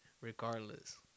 regardless